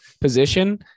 position